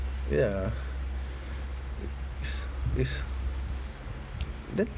ya is is then